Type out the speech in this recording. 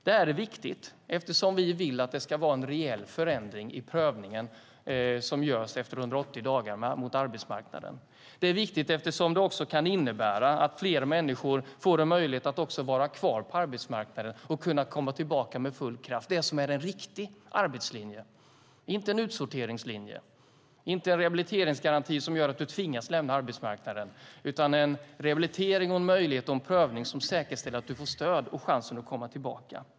Det här är viktigt eftersom vi vill att det ska vara en rejäl förändring i prövningen mot arbetsmarknaden som görs efter 180 dagar. Det är viktigt eftersom det också kan innebära att fler människor får en möjlighet att vara kvar på arbetsmarknaden och kunna komma tillbaka med full kraft. Det är en riktig arbetslinje, inte en utsorteringslinje, inte en rehabiliteringsgaranti som gör att du tvingas lämna arbetsmarknaden, utan en rehabilitering, en möjlighet och en prövning som säkerställer att du får stöd och chansen att komma tillbaka.